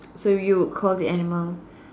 so you would call the animal